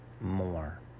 more